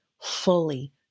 fully